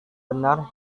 benar